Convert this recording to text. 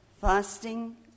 fasting